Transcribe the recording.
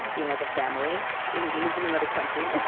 he has a family. he um he lives in another country.